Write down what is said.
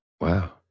Wow